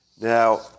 Now